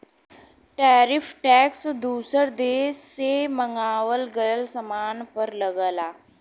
tariff tax दूसर देश से मंगावल गयल सामान पर लगला